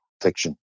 fiction